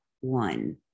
one